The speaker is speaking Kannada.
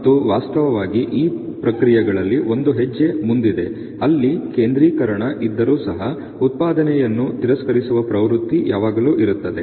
ಮತ್ತು ವಾಸ್ತವವಾಗಿ ಈ ಪ್ರಕ್ರಿಯೆಗಳಲ್ಲಿ ಒಂದು ಹೆಜ್ಜೆ ಮುಂದಿದೆ ಅಲ್ಲಿ ಕೇಂದ್ರೀಕರಣ ಇದ್ದರೂ ಸಹ ಉತ್ಪಾದನೆಯನ್ನು ತಿರಸ್ಕರಿಸುವ ಪ್ರವೃತ್ತಿ ಯಾವಾಗಲೂ ಇರುತ್ತದೆ